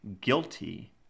guilty